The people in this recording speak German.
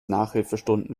nachhilfestunden